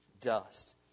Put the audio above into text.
dust